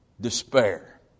Despair